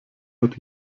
hat